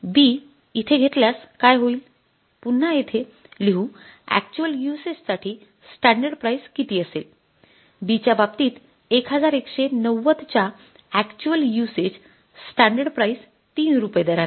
पुन्हा येथे लिहू अॅक्च्युअल युसेज साठी स्टॅंडर्ड प्राईस किती असेल B च्या बाबतीत ११९० च्या अॅक्च्युअल युसेज स्टॅंडर्ड प्राईस 3 रुपये दराने